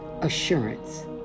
assurance